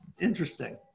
interesting